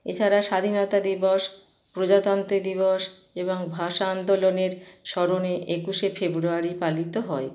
এছাড়া স্বাধীনতা দিবস প্রজাতন্ত দিবস এবং ভাষা আন্দোলনের স্মরণে একুশে ফেব্রুয়ারি পালিত হয়